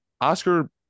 Oscar